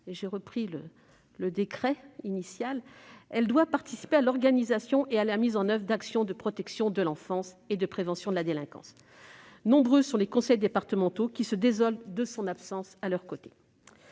l'une des missions principales est la participation à l'organisation et à la mise en oeuvre d'actions de protection de l'enfance et de prévention de la délinquance. Nombreux sont les conseils départementaux qui se désolent de son absence à leurs côtés.